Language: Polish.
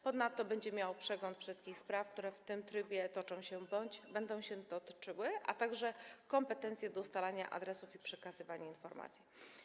Ponadto będzie miał przegląd wszystkich spraw, które w tym trybie toczą się bądź będą się toczyły, a także kompetencje do ustalania adresów i przekazywania informacji.